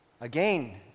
Again